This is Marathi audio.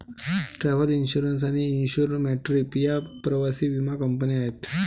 ट्रॅव्हल इन्श्युरन्स आणि इन्सुर मॅट्रीप या प्रवासी विमा कंपन्या आहेत